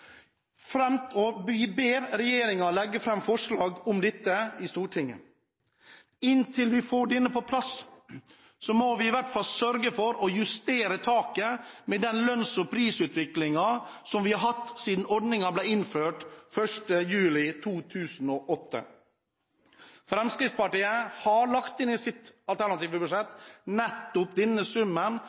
fram forslag om dette for Stortinget. Inntil vi får denne på plass, må vi i hvert fall sørge for å justere taket etter den lønns- og prisutviklingen som vi har hatt siden ordningen ble innført den 1. juli 2008. Fremskrittspartiet har i sitt alternative budsjett lagt inn en økning av denne